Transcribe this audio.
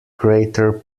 crater